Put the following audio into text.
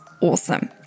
awesome